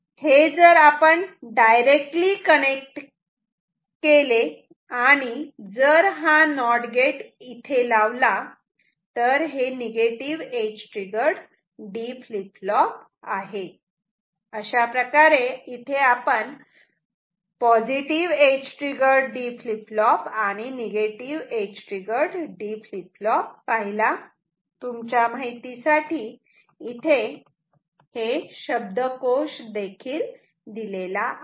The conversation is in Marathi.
आणि हे जर आपण डायरेक्टली कनेक्ट केले आणी जर हा नोट गेट येथे लावला तर हे negative edge triggered D flip flop आहे